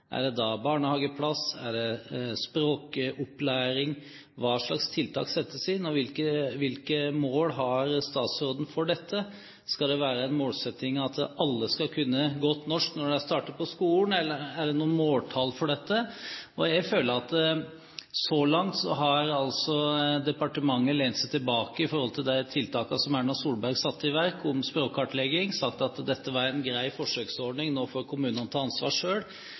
Er det da barnehageplass, er det språkopplæring? Hva slags tiltak settes inn, og hvilke mål har statsråden for dette? Skal det være en målsetting at alle skal kunne godt norsk når de starter på skolen, eller er det noen måltall for dette? Jeg føler at så langt har departementet lent seg tilbake med hensyn til de tiltakene som Erna Solberg satte i verk med språkkartlegging, og sagt at dette var en grei forsøksordning, nå får kommunene ta ansvar